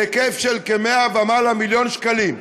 בהיקף של כ-100 ומעלה מיליון שקלים,